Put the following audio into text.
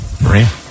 Maria